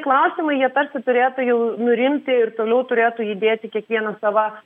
klausimai jie tarsi turėtų jau nurimti ir toliau turėtų judėti kiekvienas sava